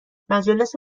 مجالس